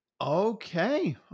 Okay